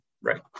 Right